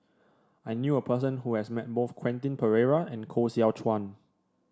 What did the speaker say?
I knew a person who has met both Quentin Pereira and Koh Seow Chuan